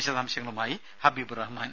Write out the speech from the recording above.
വിശദാംശങ്ങളുമായി ഹബീബ് റഹ്മാൻ